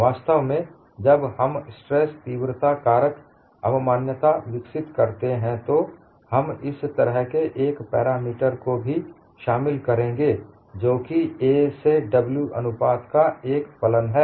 वास्तव में जब हम स्ट्रेस तीव्रता कारक अवमान्यता विकसित करते हैं तो हम इस तरह के एक पैरामीटर को भी शामिल करेंगे जो कि a से w अनुपात का एक फलन है